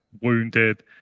wounded